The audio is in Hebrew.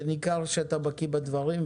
ניכר שאתה בקיא בדברים.